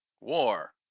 War